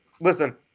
listen